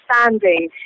standing